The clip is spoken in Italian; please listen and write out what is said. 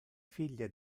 figlie